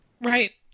Right